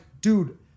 dude